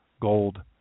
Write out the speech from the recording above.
gold